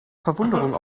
verwunderung